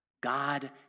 God